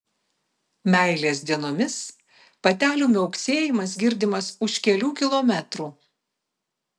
meilės dienomis patelių miauksėjimas girdimas už kelių kilometrų